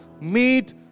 meet